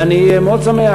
ואני מאוד שמח.